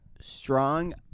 strong